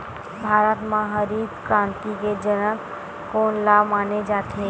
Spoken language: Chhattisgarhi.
भारत मा हरित क्रांति के जनक कोन ला माने जाथे?